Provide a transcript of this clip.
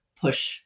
push